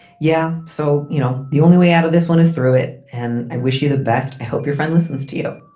yeah. so, you know, the only way out of this one is through it. and i wish you the best. i hope your friend listens to you.